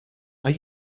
are